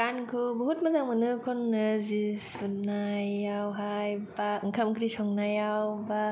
गानखौ बहुत मोजां मोनो खननो जि सुनायावहाय बा ओंखाम ओंख्रि संनायाव बा